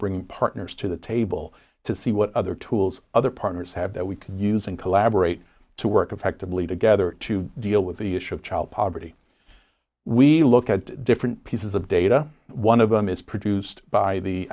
bringing partners to the table to see what other tools other partners have that we can use and collaborate to work effectively together to deal with the issue of child poverty we look at different pieces of data one of them is produced by the